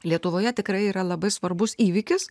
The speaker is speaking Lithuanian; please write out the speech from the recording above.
lietuvoje tikrai yra labai svarbus įvykis